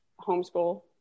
homeschool